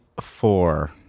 four